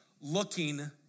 looking